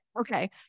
okay